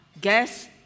guess